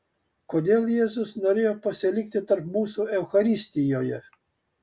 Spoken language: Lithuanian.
kodėl jėzus norėjo pasilikti tarp mūsų eucharistijoje